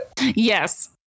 yes